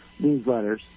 newsletters